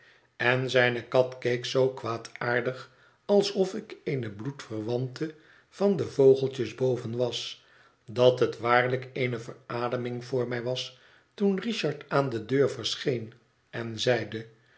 en zijne kat keek zoo kwaadaardig alsof ik eene bloedverwante van de vogeltjes boven was dat het waarlijk eene verademing voor mij was toen richard aan de deur verscheen en zeide